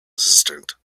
assistant